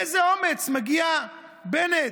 באיזה אומץ מגיע בנט,